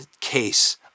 case